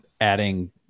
adding